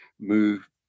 move